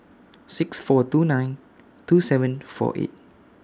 six four two nine two seven four eight